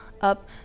up